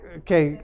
okay